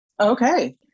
Okay